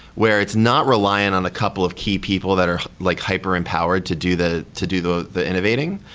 where it's not reliant on a couple of key people that are like hyper empowered to do the to do the the innovating.